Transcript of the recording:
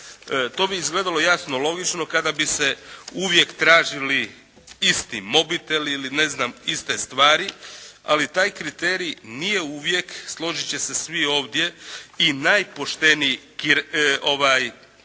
To bi izgledalo jasno logično kada bi se uvijek tražili isti mobiteli ili ne znam iste stvari, ali taj kriterij nije uvijek složiti će se svi ovdje, i najpošteniji kriterij.